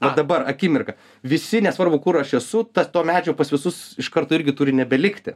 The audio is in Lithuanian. va dabar akimirka visi nesvarbu kur aš esu tas to medžio pas visus iš karto irgi turi nebelikti